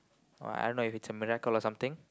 !wah! I don't know if it's a miracle or something